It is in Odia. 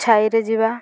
ଛାଇରେ ଯିବା